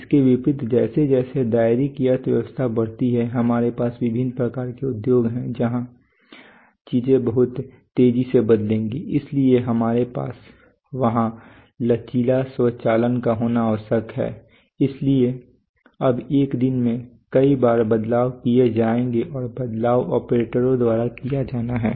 इसके विपरीत जैसे जैसे दायरे की अर्थव्यवस्था बढ़ती है हमारे पास विभिन्न प्रकार के उद्योग हैं जहाँ चीजें बहुत तेजी से बदलेंगी इसलिए हमारे पास वहां लचीला स्वचालन का होना आवश्यक है इसलिए अब एक दिन में कई बार बदलाव किए जाएंगे और बदलाव ऑपरेटरों द्वारा किया जाना है